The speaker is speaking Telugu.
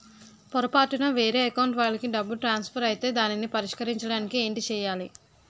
పొరపాటున వేరే అకౌంట్ వాలికి డబ్బు ట్రాన్సఫర్ ఐతే దానిని పరిష్కరించడానికి ఏంటి చేయాలి?